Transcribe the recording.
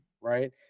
right